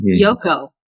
Yoko